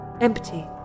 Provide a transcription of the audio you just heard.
empty